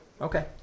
Okay